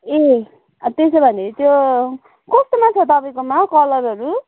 ए त्यसो भने त्यो कस्तोमा छ तपाईँकोमा कलरहरू